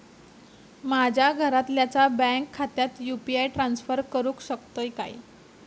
माझ्या घरातल्याच्या बँक खात्यात यू.पी.आय ट्रान्स्फर करुक शकतय काय?